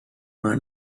called